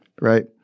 Right